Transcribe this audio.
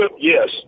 Yes